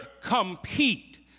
compete